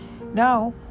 Now